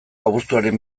abuztuaren